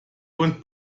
und